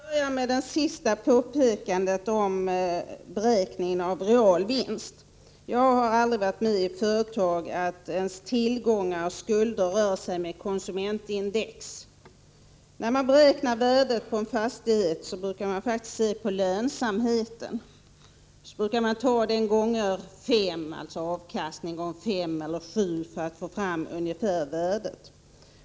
Herr talman! Jag börjar med det sista påpekandet om beräkning av real vinst. Jag har aldrig varit med om att tillgångar och skulder i något företag utvecklas enligt konsumentprisindex. När man beräknar värdet på en fastighet brukar man faktiskt se på lönsamheten och multiplicera avkastning en med 5 eller 7 för att få fram det ungefärliga värdet.